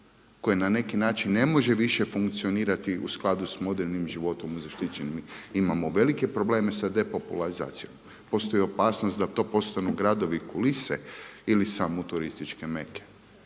koje na neki način ne može više funkcionirati u skladu sa modernim životom u zaštićenim. Imamo velike probleme sa depopularizacijom, postoji opasnost da to postanu gradovi kulise ili samo turističke meke.